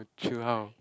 orh chill how